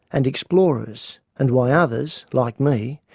and explorers, and why others, like me,